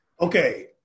Okay